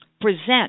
Present